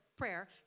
Prayer